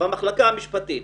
במחלקה המשפטית.